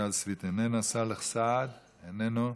רויטל סויד, איננה, סאלח סעד, איננו,